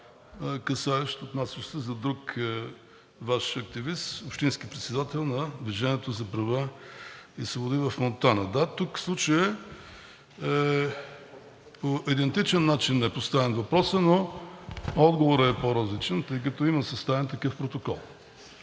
касаещ, отнасящ се за друг Ваш активист, общински председател на „Движение за права и свободи“ в Монтана. Да, тук в случая по идентичен начин е поставен въпросът, но отговорът е по-различен, тъй като има съставен такъв протокол.